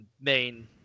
main